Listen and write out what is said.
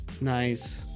nice